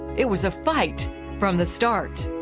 it was a fight from the start.